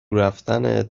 رفتنت